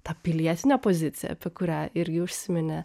ta pilietinė pozicija apie kurią irgi užsiminė